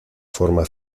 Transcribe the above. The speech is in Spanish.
forma